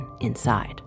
inside